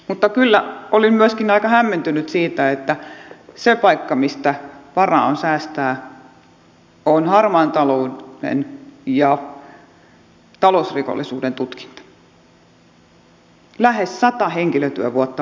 mutta kyllä olin myöskin aika hämmentynyt siitä että se paikka mistä varaa on säästää on harmaan talouden ja talousrikollisuuden tutkinta lähes sata henkilötyövuotta vähemmän